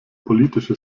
politische